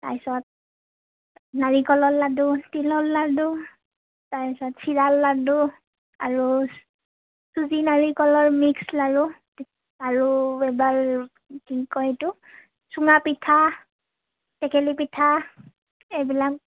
তাৰপিছত নাৰিকলৰ লাডু তিলৰ লাডু তাৰপিছত চিৰাৰ লাডু আৰু চুজি নাৰিকলৰ মিক্স লাড়ু আৰু এইবাৰ কি কয় এইটো চুঙা পিঠা টেকেলি পিঠা এইবিলাক